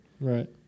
right